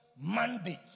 mandate